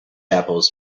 apples